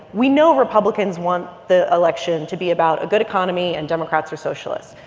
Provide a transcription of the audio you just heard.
we know republicans want the election to be about a good economy, and democrats are socialists.